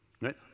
right